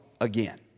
again